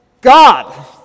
God